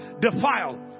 defile